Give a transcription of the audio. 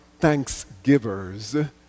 thanksgivers